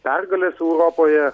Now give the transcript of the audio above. pergalės europoje